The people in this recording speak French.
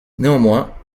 néanmoins